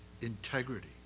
Integrity